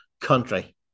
country